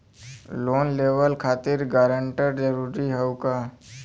Loan लेवब खातिर guarantor जरूरी हाउ का?